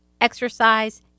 exercise